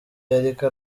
yariko